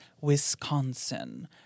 Wisconsin